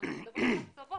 כשאנחנו מדברים על קצוות,